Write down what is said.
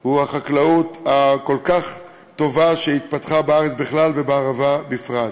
הן החקלאות הכל-כך טובה שהתפתחה בארץ בכלל ובערבה בפרט.